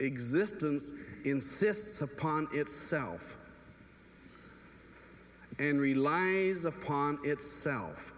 existence insists upon itself and relying upon itself